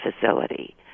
facility